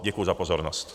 Děkuji za pozornost.